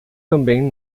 também